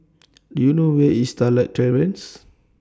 Do YOU know Where IS Starlight Terrace